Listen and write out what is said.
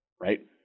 right